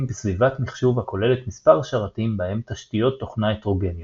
בסביבת מחשוב הכוללת מספר שרתים בהם תשתיות תוכנה הטרוגניות,